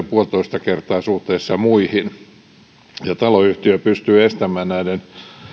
puolitoista kertaa suhteessa muihin koska ovat usein kauppaliikkeitä taloyhtiö pystyy estämään näiden